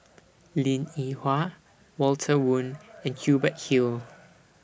Linn in Hua Walter Woon and Hubert Hill